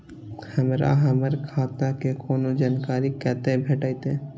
हमरा हमर खाता के कोनो जानकारी कतै भेटतै?